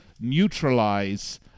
neutralize